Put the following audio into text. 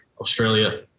Australia